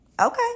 Okay